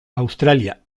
australia